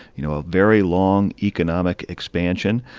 you know, a very long economic expansion.